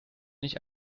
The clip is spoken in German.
nicht